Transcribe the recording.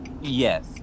Yes